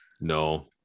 No